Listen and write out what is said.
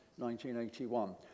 1981